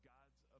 God's